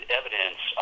evidence